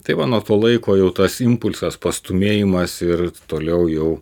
tai va nuo to laiko jau tas impulsas pastūmėjimas ir toliau jau